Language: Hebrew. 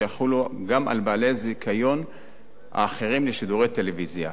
שיחולו גם על בעלי הזיכיון האחרים לשידורי טלוויזיה.